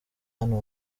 hano